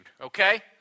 okay